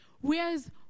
Whereas